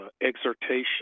exhortation